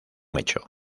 hecho